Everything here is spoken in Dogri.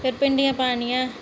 फिर भिंडियां पानियां